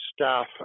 staff